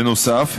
בנוסף,